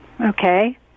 Okay